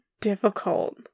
difficult